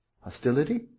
hostility